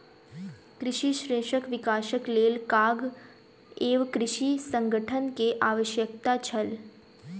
कृषि क्षेत्रक विकासक लेल खाद्य एवं कृषि संगठन के आवश्यकता छल